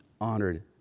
honored